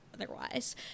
otherwise